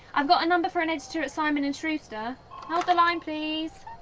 i've got a number for an editor at simon and shrewster hold the line please.